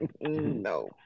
No